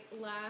last